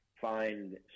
find